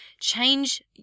change